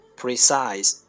precise